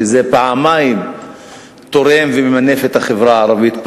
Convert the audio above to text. שזה פעמיים תורם וממנף את החברה הערבית,